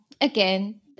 again